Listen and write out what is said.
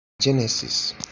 Genesis